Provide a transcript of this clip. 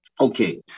Okay